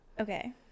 okay